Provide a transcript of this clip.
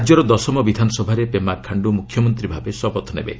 ରାଜ୍ୟର ଦଶମ ବିଧାନସଭାରେ ପେମା ଖାଣ୍ଡୁ ମୁଖ୍ୟମନ୍ତ୍ରୀ ଭାବେ ଶପଥ ନେବେ